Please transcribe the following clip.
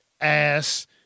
ass